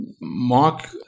Mark